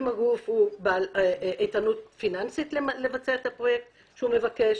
אם הגוף הוא בעל איתנות פיננסית לבצע את הפרויקט שהוא מבקש,